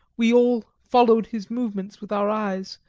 we all followed his movements with our eyes,